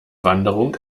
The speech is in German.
wanderung